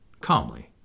calmly